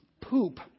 poop